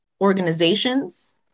organizations